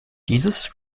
dieses